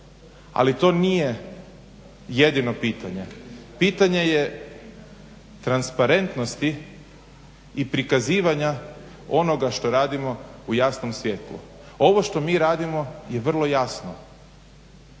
Ali to nije jedino pitanje. Pitanje je transparentnosti i prikazivanja onoga što radimo u jasnom svijetlu. Ovo što mi radimo je vrlo jasno.